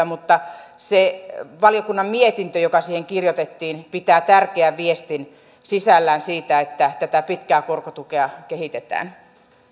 mutta se valiokunnan mietintö joka siihen kirjoitettiin pitää sisällään tärkeän viestin siitä että tätä pitkää korkotukea kehitetään